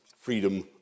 freedom